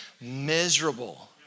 miserable